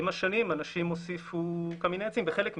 ועם השנים אנשים הוסיפו קמיני עצים בחלק מהם.